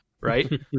right